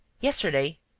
yesterday.